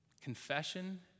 Confession